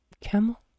Camel